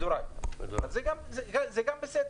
מדורג, וזה גם בסדר.